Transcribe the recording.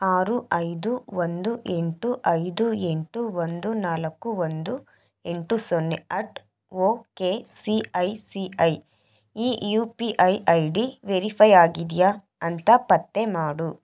ಆರು ಐದು ಒಂದು ಎಂಟು ಐದು ಎಂಟು ಒಂದು ನಾಲ್ಕು ಒಂದು ಎಂಟು ಸೊನ್ನೆ at okay C I C I ಈ U P I I D verify ಆಗಿದೆಯಾ ಅಂತ ಪತ್ತೆ ಮಾಡು